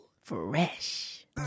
Fresh